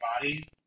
body